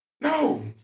No